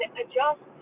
adjust